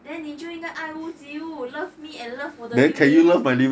then 你就应该爱屋及乌 love me and love 我的榴莲